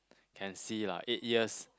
can see lah eight years